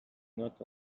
not